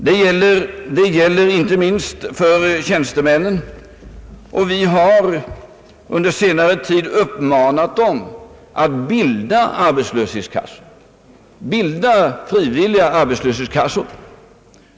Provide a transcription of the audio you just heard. Detta gäller inte minst för tjänstemännen. Vi har under senare tid uppmanat dem att bilda frivilliga arbetslöshetskassor.